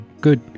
Good